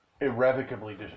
Irrevocably